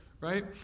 right